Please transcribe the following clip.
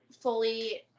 fully